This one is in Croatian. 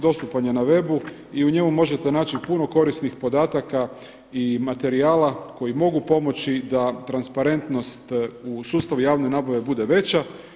Dostupan je na webu i u njemu možete naći puno korisnih podataka i materijala koji mogu pomoći da transparentnost u sustavu javne nabave bude veća.